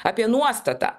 apie nuostatą